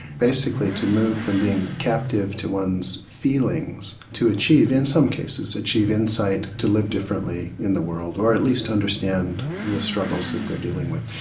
basically to move from being captive to one's feelings to achieve, in some cases, achieve insight to live differently in the world, or at least to understand the struggles that they are dealing with.